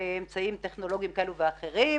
באמצעים טכנולוגיים כאלו ואחרים,